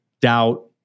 doubt